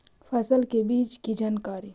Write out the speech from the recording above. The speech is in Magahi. फसल के बीज की जानकारी?